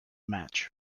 match